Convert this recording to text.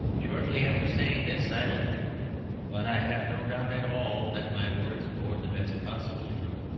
shortly after saying this i left him but i have no doubt at all that my words bore the best possible fruit.